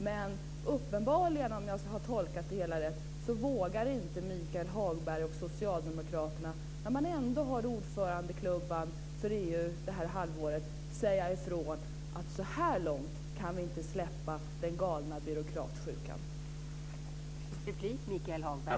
Men tydligen, om jag har tolkat det rätt, vågar inte Michael Hagberg och socialdemokraterna, när man ändå har ordförandeklubban för EU det här halvåret, säga ifrån att så här långt kan vi inte släppa den galna byråkratsjukan.